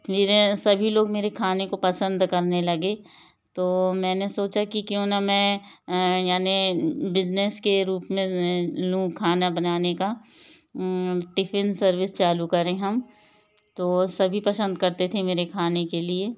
फिर सभी लोग मेरे खाने को पसंद करने लगे तो मैंने सोचा कि क्यों ना मैं यानी बिजनेस के रूप में लूँ खाना बनाने का टिफिन सर्विस चालू करें हम तो सभी पसंद करते थे मेरे खाने के लिए